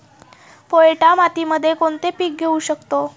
पोयटा मातीमध्ये कोणते पीक घेऊ शकतो?